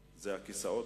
עם ראש הממשלה